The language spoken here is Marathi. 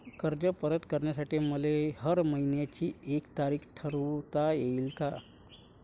कर्ज परत करासाठी मले हर मइन्याची एक तारीख ठरुता येईन का?